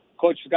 Coach